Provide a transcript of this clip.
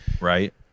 right